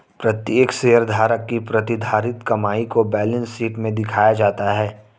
प्रत्येक शेयरधारक की प्रतिधारित कमाई को बैलेंस शीट में दिखाया जाता है